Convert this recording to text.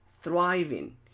thriving